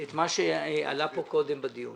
את מה שעלה כאן קודם בדיון.